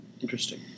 Interesting